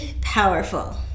powerful